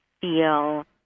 feel